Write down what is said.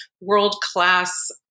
world-class